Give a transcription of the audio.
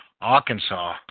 Arkansas